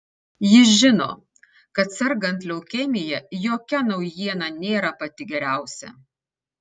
ji žino kad sergant leukemija jokia naujiena nėra pati geriausia